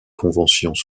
conventions